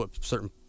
certain